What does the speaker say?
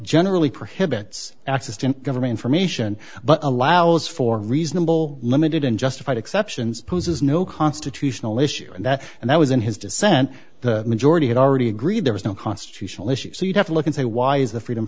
generally prohibits access to government from ation but allows for reasonable limited unjustified exceptions poses no constitutional issue and that and that was in his dissent the majority had already agreed there was no constitutional issue so you'd have to look and say why is the freedom